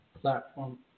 platform